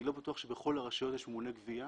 אני לא בטוח שבכל הרשויות יש ממונה גבייה.